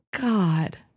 God